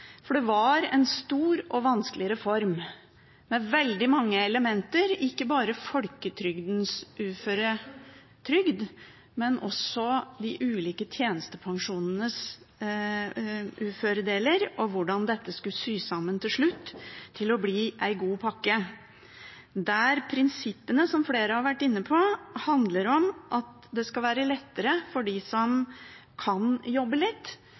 for det var en stor og vanskelig reform med veldig mange elementer. Ikke bare var det folketrygdens uføretrygd, men også de ulike tjenestepensjonenes uføredeler og hvordan dette skulle sys sammen til slutt for å bli en god pakke – og der prinsippet, som flere har vært inne på, handler om at det skal være lettere for dem som kan jobbe litt,